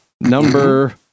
Number